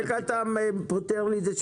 איך אתה פותר לי את זה,